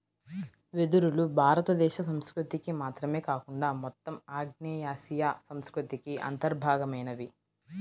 వెదురులు భారతదేశ సంస్కృతికి మాత్రమే కాకుండా మొత్తం ఆగ్నేయాసియా సంస్కృతికి అంతర్భాగమైనవి